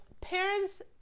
Parents